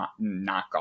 knockoff